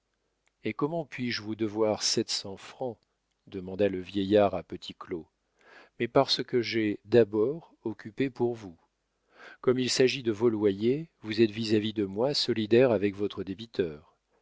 et comment puis-je vous devoir sept cents francs demanda le vieillard à petit claud mais parce que j'ai d'abord occupé pour vous comme il s'agit de vos loyers vous êtes vis-à-vis de moi solidaire avec votre débiteur